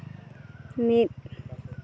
ᱢᱤᱫ